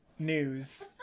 news